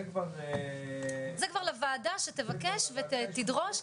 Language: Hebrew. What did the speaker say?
זה כבר לוועדה -- זה כבר לוועדה שתבקש ותדרוש,